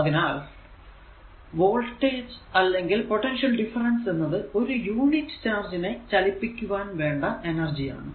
അതിനാൽ വോൾടേജ് അല്ലെങ്കിൽ potential difference എന്നത് ഒരു യൂണിറ്റ് ചാർജിനെ ചലിപ്പിക്കുവാൻ വേണ്ട എനർജി ആണ്